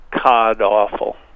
cod-awful